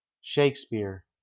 Shakespeare